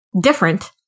different